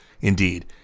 Indeed